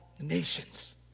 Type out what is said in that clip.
nations